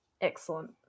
excellent